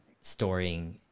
storing